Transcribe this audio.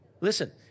Listen